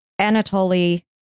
Anatoly